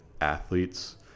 athletes